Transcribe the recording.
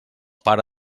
pare